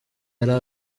yari